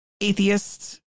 atheists